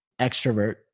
extrovert